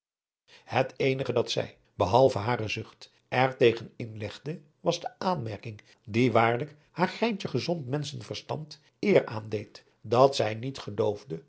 het eenige dat zij behalve haar zucht er tegen inlegde was de aanmerking die waarlijk haar greintje gezond menschenverstand eer aandeed dat zij niet geloofde